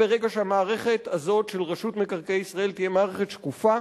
ברגע שהמערכת הזאת של רשות מקרקעי ישראל תהיה מערכת שקופה,